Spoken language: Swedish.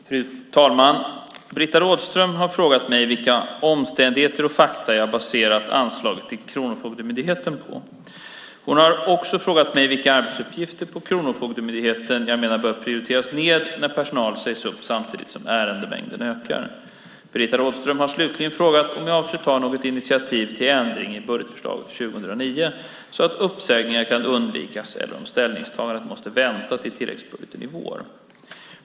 Fru talman! Britta Rådström har frågat mig vilka omständigheter och fakta jag har baserat anslaget till Kronofogdemyndigheten på. Hon har också frågat mig vilka arbetsuppgifter på Kronofogdemyndigheten jag menar bör prioriteras ned när personal sägs upp samtidigt som ärendemängden ökar. Britta Rådström har slutligen frågat om jag avser att ta något initiativ till ändring i budgetförslaget för 2009 så att uppsägningar kan undvikas eller om ställningstagandet måste vänta tills tilläggsbudgeten kommer i vår.